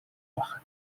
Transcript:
machen